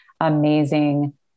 amazing